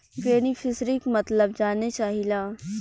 बेनिफिसरीक मतलब जाने चाहीला?